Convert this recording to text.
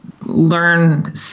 learn